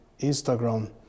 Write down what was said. Instagram